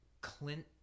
Clint